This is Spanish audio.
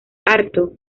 harto